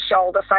shoulder